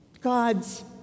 God's